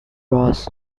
ross